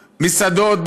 מסעדות,